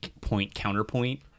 point-counterpoint